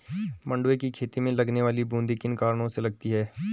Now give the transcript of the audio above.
मंडुवे की खेती में लगने वाली बूंदी किन कारणों से लगती है?